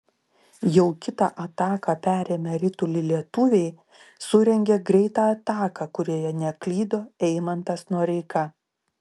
jau kitą ataką perėmę ritulį lietuviai surengė greitą ataką kurioje neklydo eimantas noreika